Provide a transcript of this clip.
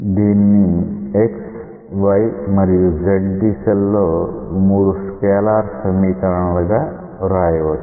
దీనిని x y మరియు z దిశల్లో 3 స్కేలార్ సమీకరణలు గా వ్రాయవచ్చు